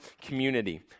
community